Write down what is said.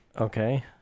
Okay